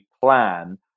plan